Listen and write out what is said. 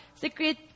Secret